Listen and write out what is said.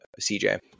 CJ